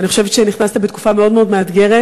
אני חושבת שנכנסת בתקופה מאוד מאוד מאתגרת,